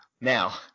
Now